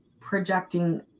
projecting